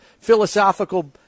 philosophical